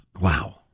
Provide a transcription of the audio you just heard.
Wow